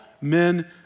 men